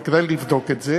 וכדאי לבדוק את זה.